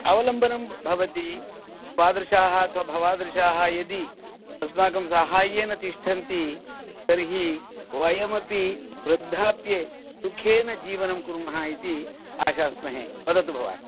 अवलम्बनं भवति तादृशाः अथवा भवादृशाः यदि अस्माकं साहाय्येन तिष्ठन्ति तर्हि वयमपि वृद्धाप्ये सुखेन जीवनं कुर्मः इति आशास्महे वदतु भवान्